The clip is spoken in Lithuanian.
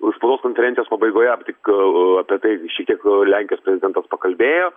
spaudos konferencijos pabaigoje aptik apie tai šitiek lenkijos prezidentas pakalbėjo